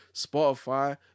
Spotify